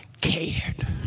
cared